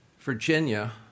Virginia